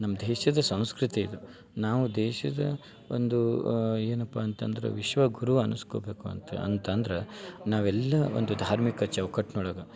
ನಮ್ಮ ದೇಶದ ಸಂಸ್ಕೃತಿ ಇದು ನಾವು ದೇಶದ ಒಂದು ಏನಪ್ಪ ಅಂತಂದ್ರೆ ವಿಶ್ವಗುರು ಅನಸ್ಕೊಬೇಕು ಅಂತ ಅಂತಂದ್ರೆ ನಾವೆಲ್ಲ ಒಂದು ಧಾರ್ಮಿಕ ಚೌಕಟ್ನೊಳಗೆ